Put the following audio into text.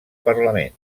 parlament